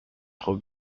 trop